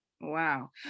Wow